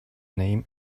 name